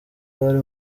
bari